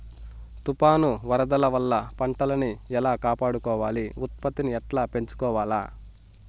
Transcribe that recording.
తుఫాను, వరదల వల్ల పంటలని ఎలా కాపాడుకోవాలి, ఉత్పత్తిని ఎట్లా పెంచుకోవాల?